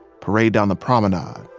parade down the promenade, ah